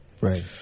Right